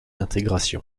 intégration